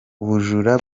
ubujura